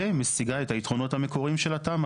ומשיגה את היתרונות המקוריים של התמ"א;